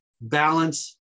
balance